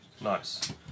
Nice